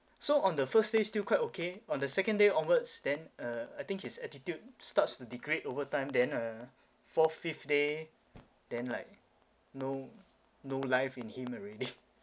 so on the first they still quite okay on the second day onwards then uh I think his attitude starts to degrade over time then uh fourth fifth day then like no no life in him already